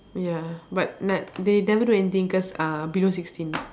ya but not they never do anything cause uh below sixteen